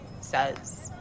says